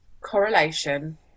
correlation